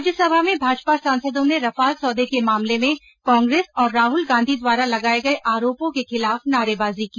राज्यसभा में भाजपा सांसदो ने रफाल सौदे के मामले में कांग्रेस और राहुल गांधी द्वारा लगाये गये आरोपों के खिलाफ नारेबाजी की